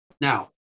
Now